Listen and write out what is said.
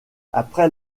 après